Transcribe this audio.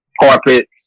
Carpet